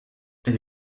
elle